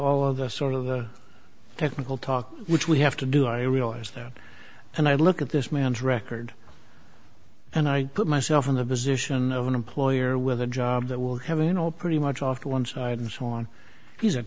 all of the sort of the technical talk which we have to do i realize that and i look at this man's record and i put myself in the position of an employer with a job that will have it all pretty much off to one side and so on he's a